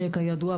שכידוע,